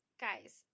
Guys